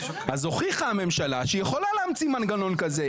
אז הוכיחה הממשלה שהיא יכולה להמציא מנגנון כזה.